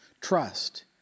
trust